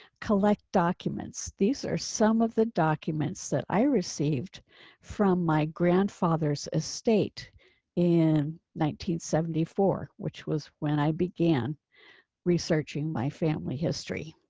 collect documents. these are some of the documents that i received from my grandfather's estate and seventy four which was when i began researching my family history.